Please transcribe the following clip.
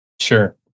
Sure